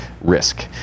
risk